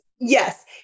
Yes